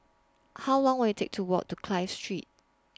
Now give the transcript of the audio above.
How Long Will IT Take to Walk to Clive Street